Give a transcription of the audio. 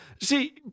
See